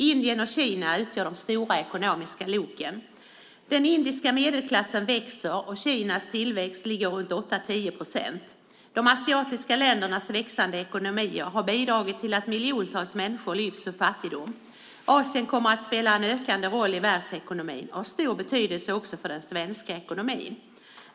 Indien och Kina utgör de stora ekonomiska loken. Den indiska medelklassen växer, och Kinas tillväxt ligger runt 8-10 procent. De asiatiska ländernas växande ekonomier har bidragit till att miljontals människor lyfts ur fattigdom. Asien kommer att spela en ökande roll i världsekonomin och ha stor betydelse också för den svenska ekonomin.